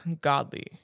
godly